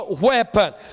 weapon